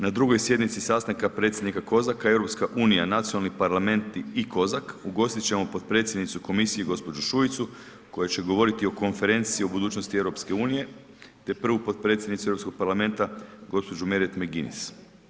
Na drugoj sjednici sastanka predsjednika Kozaka, EU, Nacionalni parlamenti i Kozak, ugostit ćemo potpredsjednicu komisije gđu. Šuicu koja će govoriti o konferenciji o budućnosti EU, te prvu potpredsjednicu Europskog parlamenta gđu. Mairead McGuinnes.